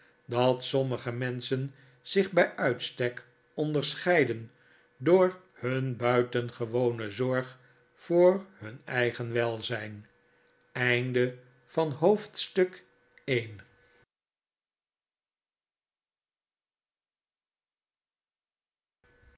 dat sommige menschen zich bij uitstek onderscheiden door hun buitengewone zorg voor hun eigen welzijn hoofdstuk